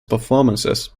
performances